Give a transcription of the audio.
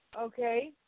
Okay